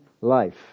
life